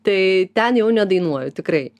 tai ten jau nedainuoju tikrai